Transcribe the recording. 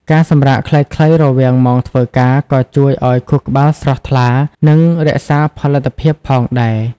ការសម្រាកខ្លីៗរវាងម៉ោងធ្វើការ ក៏ជួយឱ្យខួរក្បាលស្រស់ថ្លា និងរក្សាផលិតភាពផងដែរ។